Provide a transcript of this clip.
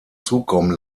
zukommen